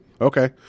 Okay